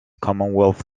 commonwealth